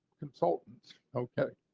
consultants, okay.